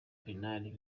penal